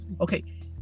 Okay